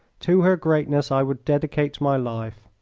to her greatness i would dedicate my life.